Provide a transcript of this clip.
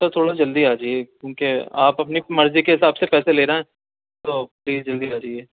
سر تھوڑا جلدی آ جائیے کیونکہ آپ اپنی مرضی کے حساب سے پیسے لے رہے ہیں تو پلیز جلدی آ جائیے